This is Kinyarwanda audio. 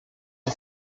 the